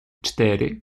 cztery